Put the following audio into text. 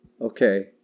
Okay